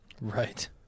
Right